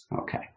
Okay